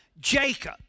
Jacob